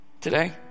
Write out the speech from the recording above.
today